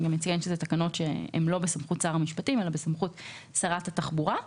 נציין שאלה תקנות שהן לא בסמכות שר המשפטים אלא בסמכות שרת התחבורה.